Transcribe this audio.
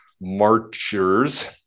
marchers